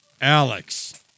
Alex